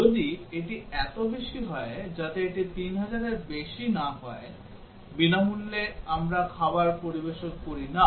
যদি এটি এত বেশি হয় যাতে এটি 3000 এর বেশি না হয় আমরা বিনামূল্যে খাবার পরিবেশন করি না